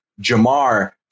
Jamar